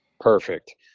perfect